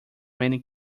many